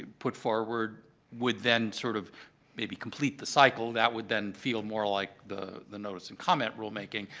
put forward would then sort of maybe complete the cycle. that would then feel more like the the notice-and-comment rulemaking.